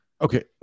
Okay